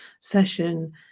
session